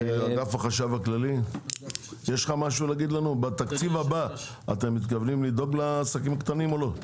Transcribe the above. אגף החשב הכללי בתקציב הבא אתם מתכוונים לדאוג לעסקים הקטנים או לא?